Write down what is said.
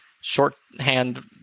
shorthand